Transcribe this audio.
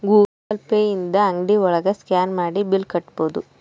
Google Pay ಇಂದ ಅಂಗ್ಡಿ ಒಳಗ ಸ್ಕ್ಯಾನ್ ಮಾಡಿ ಬಿಲ್ ಕಟ್ಬೋದು